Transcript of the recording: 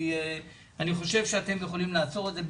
אני חושב שאתם יכולים לעצור את זה,